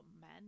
men